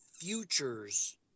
Futures